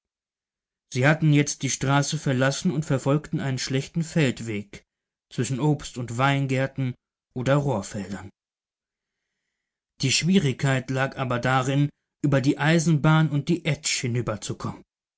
sie hatten jetzt die straße verlassen und verfolgten einen schlechten feldweg zwischen obst und weingärten oder rohrfeldern die schwierigkeit lag aber darin über die eisenbahn und die etsch